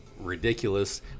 ridiculous